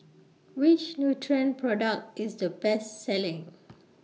Which Nutren Product IS The Best Selling